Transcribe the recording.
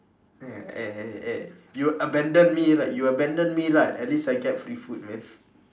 eh eh eh eh you abandon me right you abandon me right at least I get free food man